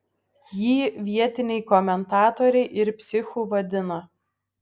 jį vietiniai komentatoriai ir psichu vadina